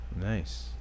Nice